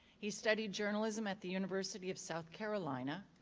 he studied journalism at the university of south carolina,